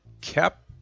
kept